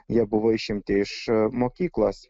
jie buvo išimti iš mokyklos